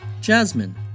Jasmine